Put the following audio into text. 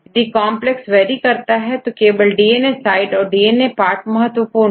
यदि complex vary करता है तो केवल डीएनए साइड और डीएनए पार्ट महत्वपूर्ण है